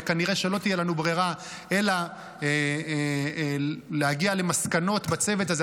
וכנראה שלא תהיה לנו ברירה אלא להגיע למסקנות בצוות הזה.